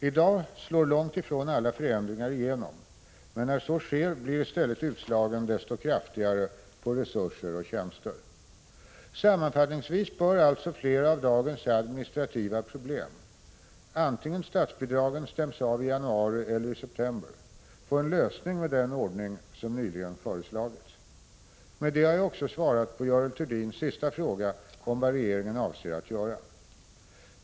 I dag slår långt ifrån alla förändringar igenom, men när så sker blir i stället utslagen desto kraftigare på resurser och tjänster. Sammanfattningsvis bör alltså flera av dagens administrativa problem — vare sig statsbidragen stäms av i januari eller i september — få en lösning med den ordning som nyligen föreslagits. Med det har jag också svarat på Görel Thurdins sista fråga om vad regeringen avser att göra.